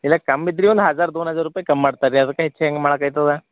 ಇಲ್ಲ ಕಮ್ ಇದ್ರಿ ಒನ್ ಹಝಾರ್ ದೋನ್ ಹಝಾರ್ ರೂಪಾಯಿ ಕಮ್ ಮಾಡ್ತಾರೆ ರೀ ಅದಕ್ಕೆ ಹೆಚ್ಚು ಹೆಂಗೆ ಮಾಡಕೈತದ